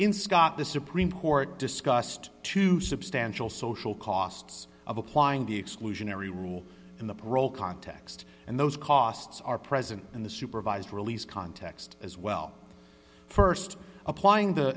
in scott the supreme court discussed two substantial social costs of applying the exclusionary rule in the parole context and those costs are present in the supervised release context as well st applying t